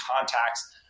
contacts